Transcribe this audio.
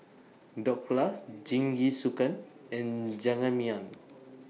Dhokla Jingisukan and Jajangmyeon